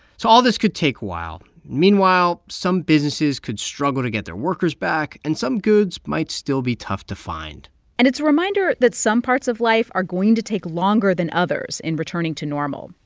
so all this could take a while. meanwhile, some businesses could struggle to get their workers back, and some goods might still be tough to find and it's a reminder that some parts of life are going to take longer than others in returning to normal.